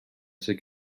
sydd